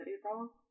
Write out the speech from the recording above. April